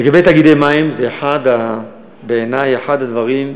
לגבי תאגידי מים, בעיני זה אחד הדברים,